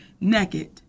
naked